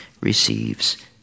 receives